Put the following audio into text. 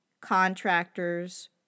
contractors